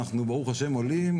אנחנו ברוך השם עולים,